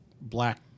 black